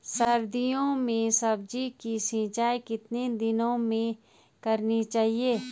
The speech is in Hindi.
सर्दियों में सब्जियों की सिंचाई कितने दिनों में करनी चाहिए?